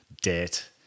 debt